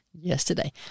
yesterday